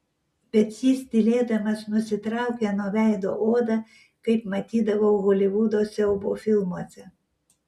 bet jis tylėdamas nusitraukė nuo veido odą kaip matydavau holivudo siaubo filmuose